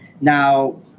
Now